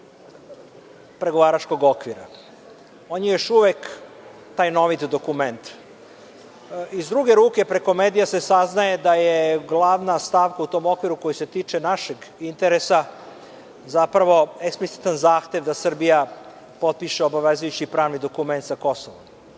pregovaračkog okvira. On je još uvek tajnovit dokument. Iz druge ruke, preko medija se saznaje da je glavna stavka u tom okviru koji se tiče našeg interesa zapravo eksplicitan zahtev da Srbija potpiše obavezujući pravni dokument sa Kosovom.